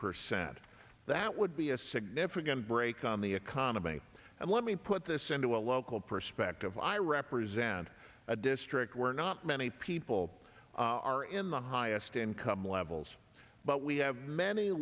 percent that would be a significant break on the economy and let me put this into a local perspective i represent a district we're not many people are in the highest income levels but we have many